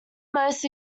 most